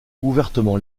ouvertement